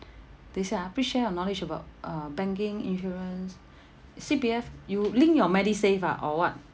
等一下啊 please share your knowledge about uh banking insurance C_P_F you link your medisave ah or [what]